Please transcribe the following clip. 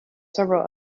several